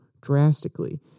drastically